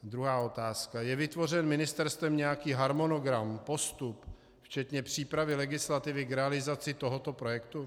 Druhá otázka: Je vytvořen ministerstvem nějaký harmonogram, postup, včetně přípravy legislativy k realizaci tohoto projektu?